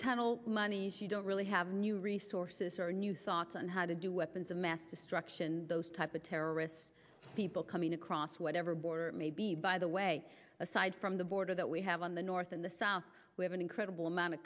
tunnel money if you don't really have new resources or new thoughts on how to do weapons of mass destruction those type of terrorists people coming across whatever border may be by the way aside from the border that we have on the north and the south we have an incredible amount of